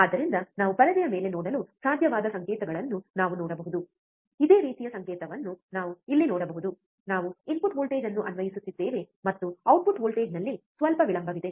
ಆದ್ದರಿಂದ ನಾವು ಪರದೆಯ ಮೇಲೆ ನೋಡಲು ಸಾಧ್ಯವಾದ ಸಂಕೇತಗಳನ್ನು ನಾವು ನೋಡಬಹುದು ಇದೇ ರೀತಿಯ ಸಂಕೇತವನ್ನು ನಾವು ಇಲ್ಲಿ ನೋಡಬಹುದು ನಾವು ಇನ್ಪುಟ್ ವೋಲ್ಟೇಜ್ ಅನ್ನು ಅನ್ವಯಿಸುತ್ತಿದ್ದೇವೆ ಮತ್ತು ಔಟ್ಪುಟ್ ವೋಲ್ಟೇಜ್ನಲ್ಲಿ ಸ್ವಲ್ಪ ವಿಳಂಬವಿದೆ